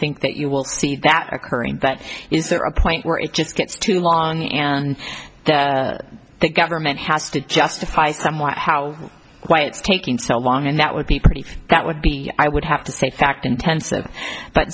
think that you will see that occurring but is there a point where it just gets too long and the government has to justify somewhat how why it's taking so long and that would be pretty that would be i would have to say fact intensive